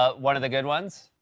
ah one of the good ones?